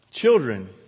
Children